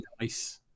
nice